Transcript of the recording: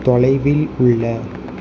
தொலைவில் உள்ள